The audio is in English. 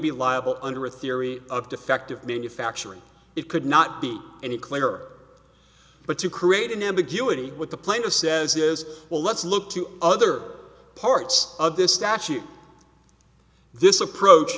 be liable under a theory of defective manufacturing it could not be any clearer but to create an ambiguity with the plaintiff says is well let's look to other parts of this statute this approach